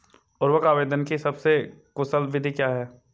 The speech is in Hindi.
उर्वरक आवेदन की सबसे कुशल विधि क्या है?